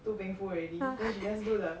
too painful already then she just do the